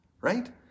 right